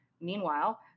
Meanwhile